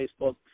Facebook